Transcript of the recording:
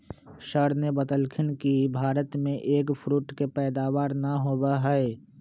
sir ने बतल खिन कि भारत में एग फ्रूट के पैदावार ना होबा हई